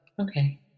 Okay